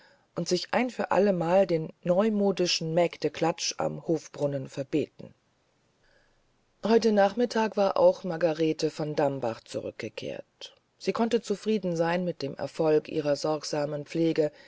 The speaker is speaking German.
und sich ein für allemal den neumodischen mägdeklatsch am hofbrunnen verbeten heute nachmittag war auch margarete von dambach zurückgekehrt sie konnte zufrieden sein mit dem erfolg ihrer sorgsamen pflege